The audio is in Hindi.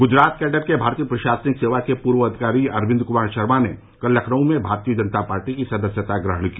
गुजरात कैडर के भारतीय प्रशासनिक सेवा के पूर्व अधिकारी अरविन्द कुमार शर्मा ने कल लखनऊ में भारतीय जनता पार्टी की सदस्यता ग्रहण की